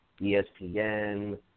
ESPN